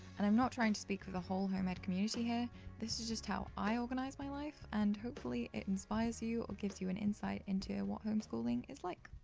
and i'm not trying to speak for the whole home ed community here this is just how i organise my life, and hopefully it inspires you or gives you an insight into what home schooling is like.